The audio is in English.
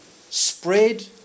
spread